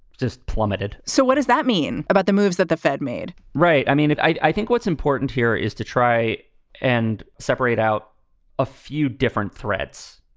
just plummeted. so what does that mean about the moves that the fed made? right. i mean, i think what's important here is to try and separate out a few different threads.